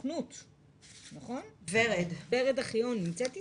ורד אחיהון נמצאת איתנו?